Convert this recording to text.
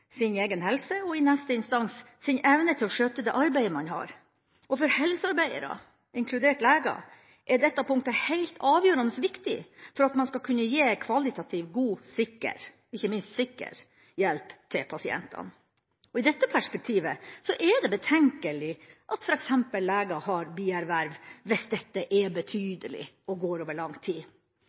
sin egen helse og – i neste instans – sin evne til å skjøtte det arbeidet man har. Og for helsearbeidere, inkludert leger, er dette punktet helt avgjørende viktig for at man skal kunne gi kvalitativ god og ikke minst sikker hjelp til pasientene. I dette perspektivet er det betenkelig at f.eks. leger har bierverv hvis dette er betydelig og går over lang tid.